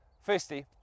Firstly